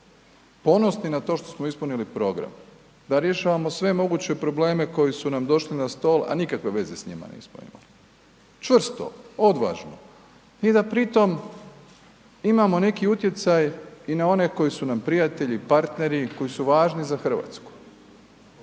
Ponosni na to što smo ispunili program da rješavamo sve moguće probleme koji su nam došli na stol, a nikakve veze s njima nismo imali. Čvrsto, odvažno i da pri tom imamo neki utjecaj i na one koji su nam prijatelji, partneri, koji su važni za RH.